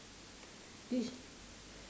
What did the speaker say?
this